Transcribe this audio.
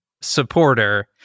supporter